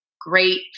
great